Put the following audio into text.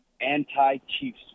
anti-Chiefs